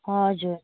हजुर